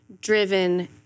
driven